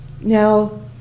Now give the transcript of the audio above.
Now